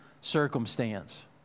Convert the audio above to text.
circumstance